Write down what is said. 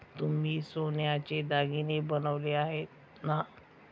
तुम्ही सोन्याचे दागिने बनवले आहेत ना?